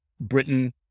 Britain